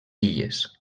illes